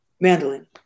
Mandolin